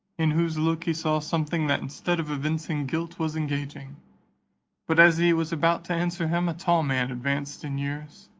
in whose look he saw something that instead of evincing guilt was engaging but as he was about to answer him, a tall man advanced in years,